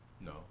no